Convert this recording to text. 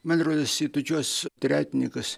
man rodos į tokiuos tretinikus